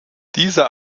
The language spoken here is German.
dieser